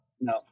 No